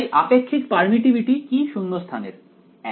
তাই আপেক্ষিক পারমিটটিভিটি কি শূন্যস্থান এর 1